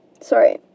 Sorry